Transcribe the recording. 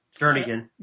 Jernigan